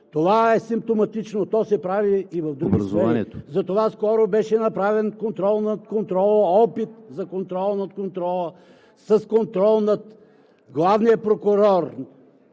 Това е симптоматично, то се прави и в други сфери. Затова скоро беше направен контрол на контрола, опит за контрол на контрола, с контрол на главния прокурор